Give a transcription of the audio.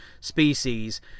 species